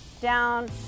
Down